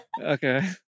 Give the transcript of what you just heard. Okay